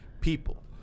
people